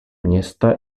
města